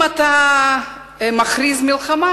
אם אתה מכריז מלחמה,